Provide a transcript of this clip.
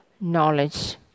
knowledge